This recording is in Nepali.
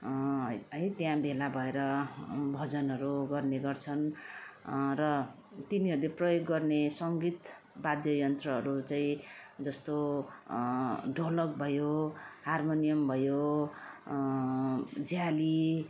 है त्यहाँ भेला भएर भजनहरू गर्ने गर्छन् र तिनीहरूले प्रयोग गर्ने सङ्गीत वाद्य यन्त्रहरू चाहिँ जस्तो ढोलक भयो हार्मोनियम भयो झ्याली